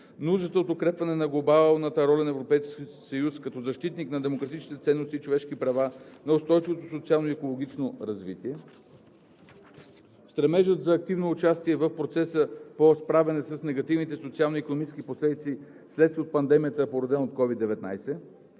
Нуждата от укрепване на глобалната роля на Европейския съюз като защитник на демократичните ценности и човешките права, на устойчивото социално и екологично развитие; - Стремежа за активно участие в процеса по справяне с негативните социални и икономически последици, следствие от пандемията, породена от COVID-19;